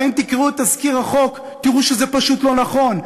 הרי אם תקראו את תזכיר החוק תראו שזה פשוט לא נכון.